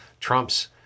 Trump's